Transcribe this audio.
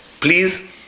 please